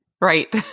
Right